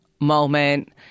moment